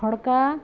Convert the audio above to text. Khadka